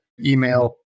email